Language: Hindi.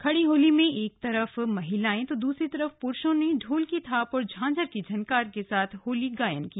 खड़ी होली में एक तरफ महिलाएं तो दूसरी तरफ पुरूषों ने ढोल की थाप और झांझर की झनकार के साथ होली गायन किया